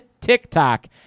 TikTok